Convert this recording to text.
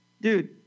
dude